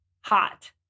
hot